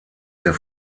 der